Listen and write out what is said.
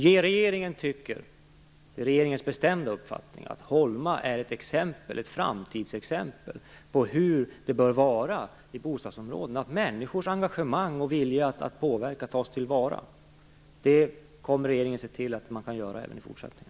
Det är regeringens bestämda uppfattning att Holma är ett framtidsexempel på hur det bör vara i bostadsområden och på hur människors engagemang och vilja att påverka bör tas till vara. Regeringen kommer att se till att det kan vara så även i fortsättningen.